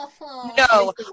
No